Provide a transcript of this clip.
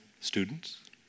students